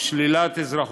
לבקשת שר הפנים,